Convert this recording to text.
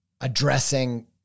addressing